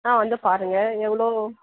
ஆ வந்து பாருங்க எவ்வளோ